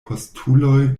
postuloj